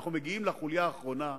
אנחנו מגיעים לחוליה האחרונה,